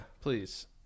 please